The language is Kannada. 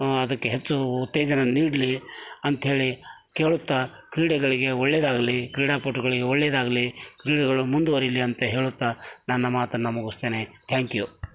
ಅದಕ್ಕೆ ಹೆಚ್ಚು ಉತ್ತೇಜನ ನೀಡಲಿ ಅಂತೇಳಿ ಕೇಳುತ್ತ ಕ್ರೀಡೆಗಳಿಗೆ ಒಳ್ಳೆಯದಾಗಲೀ ಕ್ರೀಡಾಪಟುಗಳಿಗೆ ಒಳ್ಳೆಯದಾಗಲೀ ಕ್ರೀಡೆಗಳು ಮುಂದುವರೀಲಿ ಅಂತ ಹೇಳುತ್ತ ನನ್ನ ಮಾತನ್ನು ಮುಗಿಸ್ತೇನೆ ತ್ಯಾಂಕ್ ಯು